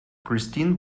christine